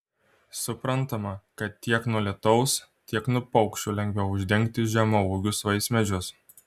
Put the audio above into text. suprantama kad tiek nuo lietaus tiek nuo paukščių lengviau uždengti žemaūgius vaismedžius